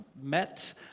met